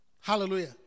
Hallelujah